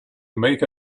make